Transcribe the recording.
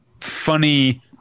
funny